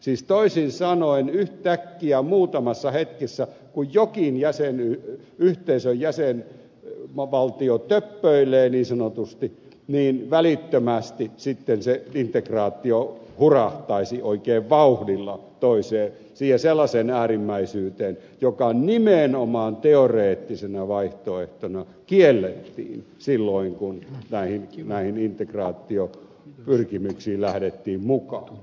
siis toisin sanoen yhtäkkiä muutamassa hetkessä kun jokin unionin jäsenvaltio töppöilee niin sanotusti niin välittömästi sitten se integraatio hurahtaisi oikein vauhdilla toiseen sellaiseen äärimmäisyyteen joka nimenomaan teoreettisena vaihtoehtona kiellettiin silloin kun näihin integraatiopyrkimyksiin lähdettiin mukaan